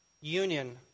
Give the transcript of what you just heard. union